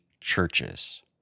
churches